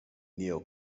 neo